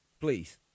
please